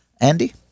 Andy